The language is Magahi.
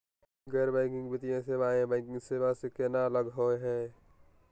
गैर बैंकिंग वित्तीय सेवाएं, बैंकिंग सेवा स केना अलग होई हे?